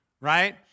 right